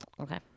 Okay